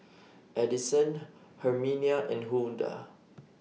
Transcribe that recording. Adyson Herminia and Hulda